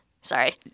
sorry